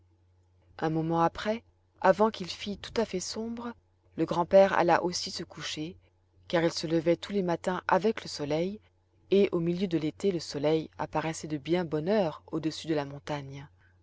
un moment après avant qu'il fît tout à fait sombre le grand-père alla aussi se coucher car il se levait tous les matins avec le soleil et au milieu de l'été le soleil apparaissait de bien bonne heure au-dessus de la montagne